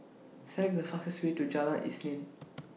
Select The fastest Way to Jalan Isnin